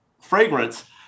fragrance